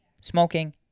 smoking